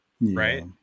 right